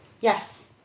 Yes